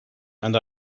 and